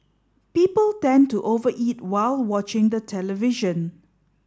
people tend to over eat while watching the television